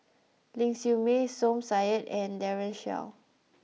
Ling Siew May Som Said and Daren Shiau